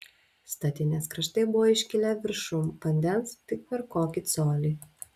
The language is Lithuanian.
statinės kraštai buvo iškilę viršum vandens tik per kokį colį